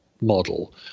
model